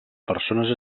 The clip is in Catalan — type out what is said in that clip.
persones